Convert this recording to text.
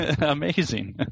Amazing